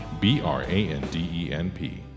B-R-A-N-D-E-N-P